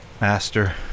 master